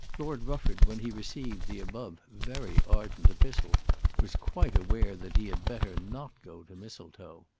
lord rufford when he received the above very ardent epistle was quite aware that he had better not go to mistletoe.